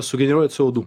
sugeneruoja co du